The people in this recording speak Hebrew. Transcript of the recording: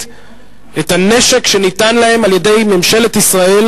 את הנשק שניתן להם על-ידי ממשלת ישראל,